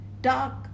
dark